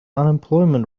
unemployment